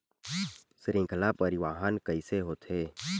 श्रृंखला परिवाहन कइसे होथे?